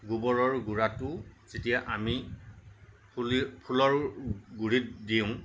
গোবৰৰ গুৰাটো যেতিয়া আমি ফুলি ফুলৰ গুৰিত দিওঁ